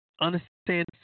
Understand